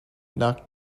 knock